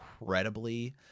incredibly